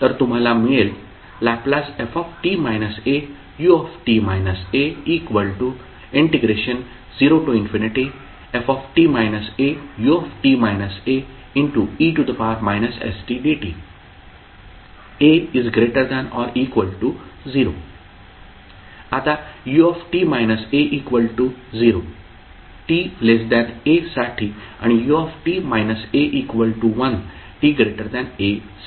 तर तुम्हाला मिळेल Lft au0ft aut ae stdta≥0 आता ut − a 0 t a साठी आणि ut − a 1 t a साठी